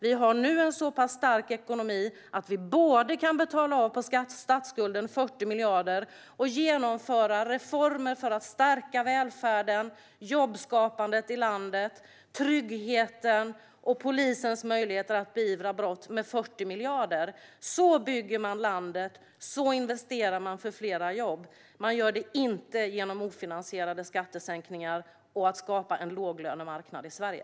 Vi har nu en så pass stark ekonomi att vi både kan betala av på statsskulden med 40 miljarder och genomföra reformer för att stärka välfärden, jobbskapandet i landet, tryggheten och polisens möjligheter att beivra brott med 40 miljarder. Så bygger man landet. Så investerar man för fler jobb. Man gör det inte genom ofinansierade skattesänkningar och genom att skapa en låglönemarknad i Sverige.